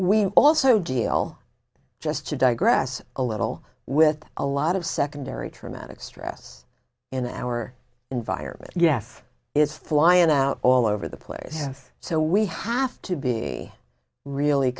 we also deal just to digress a little with a lot of secondary traumatic stress in our environment yaf is flying out all over the place so we have to be really